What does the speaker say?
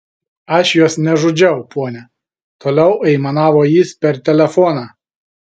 aš jos nežudžiau ponia toliau aimanavo jis per telefoną